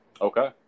Okay